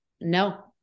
No